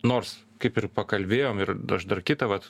nors kaip ir pakalbėjom ir aš dar kitą vat